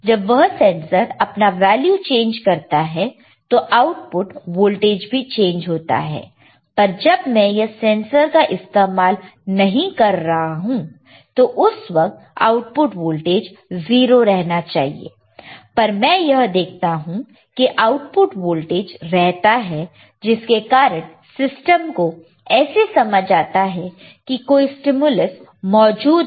जब वह सेंसर अपना वैल्यू चेंज करता है तो आउटपुट वोल्टेज भी चेंज होता है पर जब मैं यह सेंसर का इस्तेमाल नहीं कर रहा हूं तो उस वक्त आउटपुट वोल्टेज 0 रहना चाहिए पर मैं यह देखता हूं कि आउटपुट वोल्टेज रहता है जिसके कारण सिस्टम को ऐसे समझ आता है कि कोई स्टिम्यलस मौजूद है